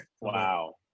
Wow